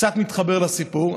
וקצת מתחבר לסיפור,